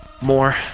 more